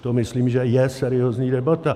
To myslím, že je seriózní debata.